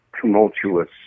tumultuous